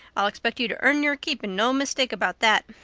i'll expect you to earn your keep, and no mistake about that.